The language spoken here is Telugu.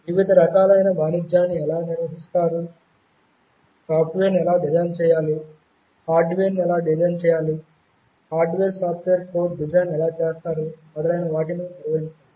వివిధ రకాలైన వాణిజ్యాన్ని ఎలా నిర్వహిస్తారు సాఫ్ట్వేర్ను ఎలా డిజైన్ చేయాలి హార్డ్వేర్ ఎలా డిజైన్ చేయాలి హార్డ్వేర్ సాఫ్ట్వేర్ కోడ్ డిజైన్ ఎలా చేస్తారు మొదలైనవాటిని నిర్వహించండి